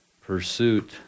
pursuit